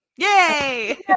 yay